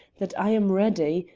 that i am ready,